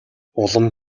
улам